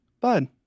bud